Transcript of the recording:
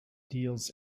deals